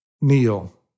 kneel